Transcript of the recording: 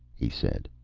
he said.